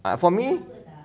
for me